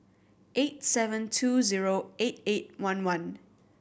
eight seven two zero eight eight one one